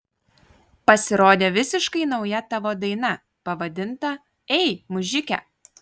pasirodė visiškai nauja tavo daina pavadinta ei mužike